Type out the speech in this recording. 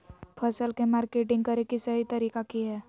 फसल के मार्केटिंग करें कि सही तरीका की हय?